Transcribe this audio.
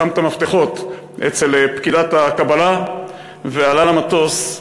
שם את המפתחות אצל פקידת הקבלה ועלה למטוס,